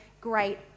great